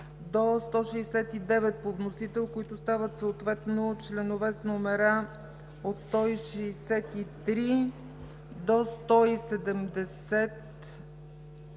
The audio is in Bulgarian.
до 169 по вносител, които стават съответно членове с номера от 163 до 169,